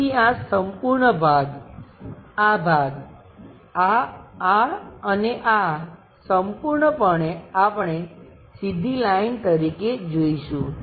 તેથી આ સંપૂર્ણ ભાગ આ ભાગ આ આ અને આ સંપૂર્ણપણે આપણે સીધી લાઈન તરીકે જોઈશું